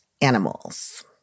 animals